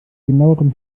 genauerem